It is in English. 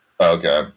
Okay